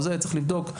צריך לבדוק.